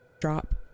drop